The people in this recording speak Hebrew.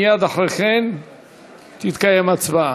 מייד אחרי כן תתקיים הצבעה,